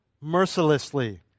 mercilessly